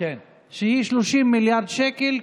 והיא 30 מיליארד שקלים,